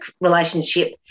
relationship